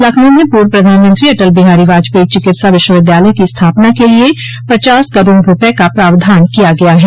लखनऊ में पूर्व प्रधानमंत्री अटल बिहारी वाजपेई चिकित्सा विश्वविद्यालय की स्थापना के लिये पचास करोड़ रूपये का प्रावधान किया गया है